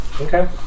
Okay